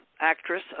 actress